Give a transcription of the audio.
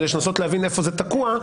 כדי לנסות להבין איפה זה תקוע,